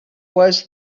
was